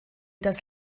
das